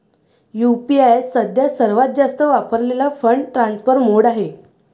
UPI सध्या सर्वात जास्त वापरलेला फंड ट्रान्सफर मोड आहे